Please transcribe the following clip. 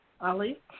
Ali